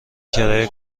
کرایه